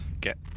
get